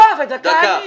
אבל, יואב, דקה אני.